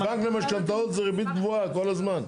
בבנק למשכנתאות זה ריבית קבועה כל הזמן.